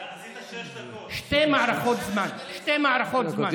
שתי מערכות זמן, שתי מערכות זמן.